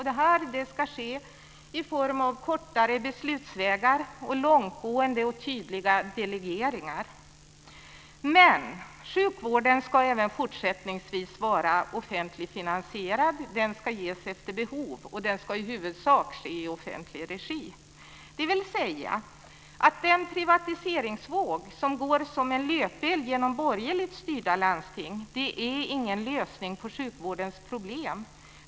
Det ska ske i form av kortare beslutsvägar och långtgående och tydliga delegeringar. Men sjukvården ska även fortsättningsvis vara offentligt finansierad, ges efter behov och i huvudsak ske i offentlig regi. Den privatiseringsvåg som går som en löpeld genom borgerligt styrda landsting är ingen lösning på sjukvårdens problem.